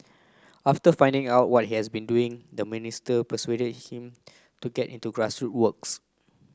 after finding out what he has been doing the minister persuaded him to get into grassroot works